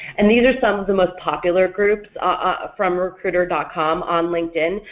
and these are some of the most popular groups ah from recruiter dot com on linkedin,